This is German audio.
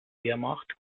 wehrmacht